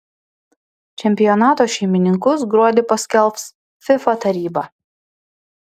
čempionato šeimininkus gruodį paskelbs fifa taryba